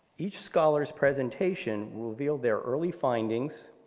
each scholar's presentation will reveal their early findings,